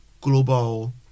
global